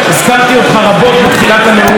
הזכרתי אותך רבות בתחילת הנאום.